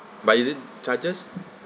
but is it charges